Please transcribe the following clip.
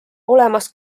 olemas